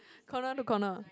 corner to corner